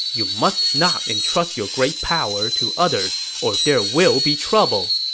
you must not entrust your great power to others, or there will be trouble.